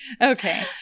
Okay